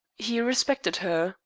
he respected her,